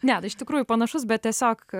ne tai iš tikrųjų panašus bet tiesiog